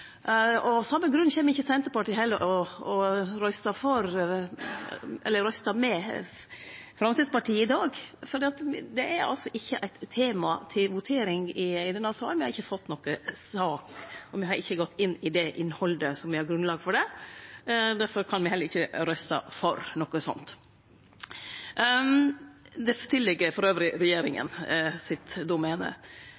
Av same grunn kjem heller ikkje Senterpartiet til å røyste med Framstegspartiet i dag, for det er ikkje eit tema til votering i denne salen. Me har ikkje fått noka sak, og me har ikkje gått inn i innhaldet slik at me har grunnlag for det. Difor kan me heller ikkje røyste for noko slikt. Det ligg elles til regjeringa